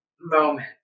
moment